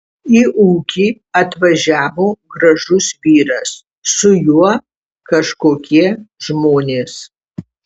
į ūkį atvažiavo gražus vyras su juo kažkokie žmonės